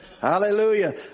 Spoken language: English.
Hallelujah